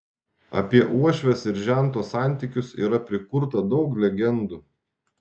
apie uošvės ir žento santykius yra prikurta daug legendų